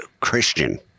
Christian